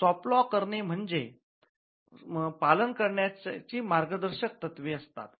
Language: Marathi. सॉफ्ट लॉ म्हणजे पालन करण्याची मार्गदर्शक तत्वे असतात